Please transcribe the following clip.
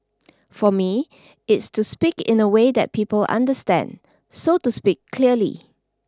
for me it's to speak in a way that people understand so to speak clearly